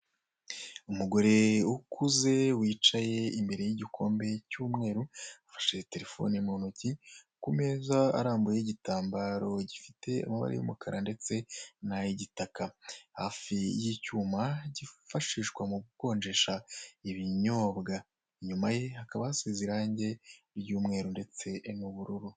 Umugore ukuze wicaye imbere y'igikombe cy'umweru afite terefone mu ntoki, ku meza arambuyeho igitambaro zifite amabara y'umukara ndetse n'ay'igitaka hafi y'icyuma kifashishwa mu gukonjesha ibinyobwa, inyuma ye hakaba hasize irange ry'umweru ndetse n'ubururu.